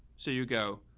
so you go.